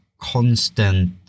constant